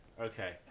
Okay